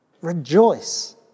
Rejoice